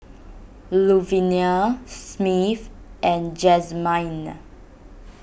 Luvenia Smith and Jazmyne